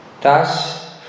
Thus